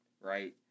Right